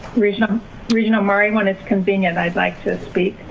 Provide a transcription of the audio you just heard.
regent um regent omari? when it's convenient, i'd like to speak.